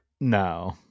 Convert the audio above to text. No